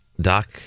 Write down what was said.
doc